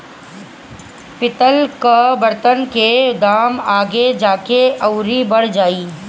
पितल कअ बर्तन के दाम आगे जाके अउरी बढ़ जाई